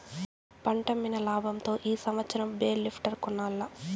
పంటమ్మిన లాబంతో ఈ సంవత్సరం బేల్ లిఫ్టర్ కొనాల్ల